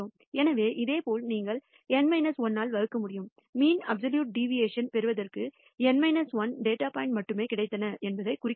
எனவே இதேபோல் இங்கே நீங்கள் N 1 ஆல் வகுக்க முடியும் மீன் அப்சலியூட் டிவியேஷன் பெறுவதற்கு N 1 டேட்டா பாயின்ட் மட்டுமே கிடைத்தன என்பதைக் குறிக்க